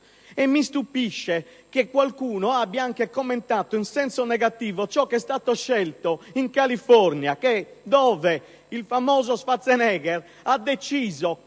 E mi stupisce che qualcuno abbia anche commentato in senso negativo ciò che si è fatto in California, dove il famoso Schwarzenegger ha deciso,